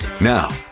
Now